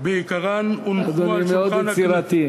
בעיקרן הונחו על שולחן הכנסת, אדוני מאוד יצירתי.